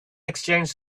exchanged